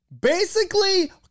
basically-